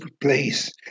place